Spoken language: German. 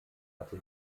hatte